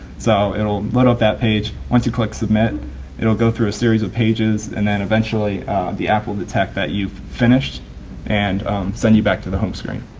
so it will load up that page, once you click submit it'll go through a series of pages and then eventually the app will detect that you've finished and send you back to the home screen.